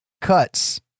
cuts